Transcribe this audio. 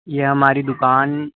یہ ہماری دوکان